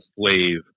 slave